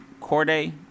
corday